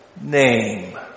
name